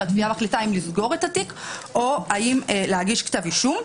שהתביעה מחליטה אם לסגור את התיק או האם להגיש כתב אישום.